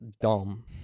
Dumb